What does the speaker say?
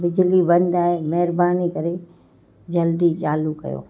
बिजली बंदि आहे महिरबानी करे जल्दी चालू कयो